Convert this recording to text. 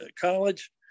college